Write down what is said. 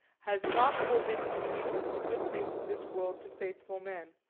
has not forbidden the use of the good things of this worl to faithful men,